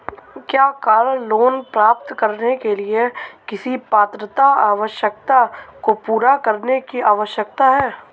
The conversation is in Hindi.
क्या कार लोंन प्राप्त करने के लिए किसी पात्रता आवश्यकता को पूरा करने की आवश्यकता है?